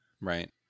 Right